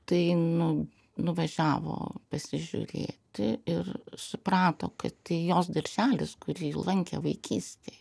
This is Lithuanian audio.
tai nu nuvažiavo pasižiūrėti ir suprato kad tai jos darželis kurį lankė vaikystėj